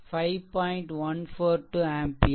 142 ampere